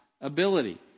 ability